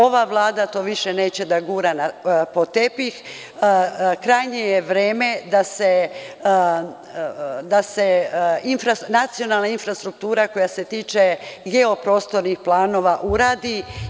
Ova Vlada više to neće da gura pod tepih, krajnje je vreme da se nacionalna infrastruktura koja se tiče geoprostornih planova uradi.